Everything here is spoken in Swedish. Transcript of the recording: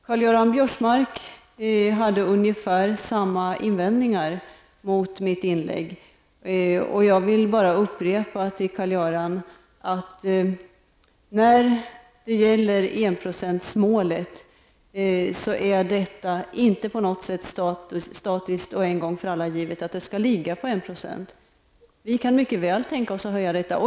Karl-Göran Biörsmark hade ungefär samma invändningar mot mitt inlägg. Enprocentsmålet är inte på något sätt statiskt och en gång för alla givet att det skall vara 1 %. Vi kan mycket väl tänka oss att höja målet.